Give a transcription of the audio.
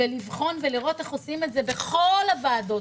לבחון ולראות איך עושים את זה בכל הוועדות.